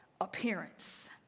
appearance